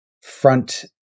front